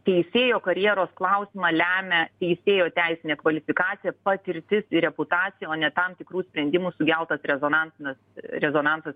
teisėjo karjeros klausimą lemia teisėjo teisinė kvalifikacija patirtis ir reputacija o ne tam tikrų sprendimų sukeltas rezonansinis rezonansas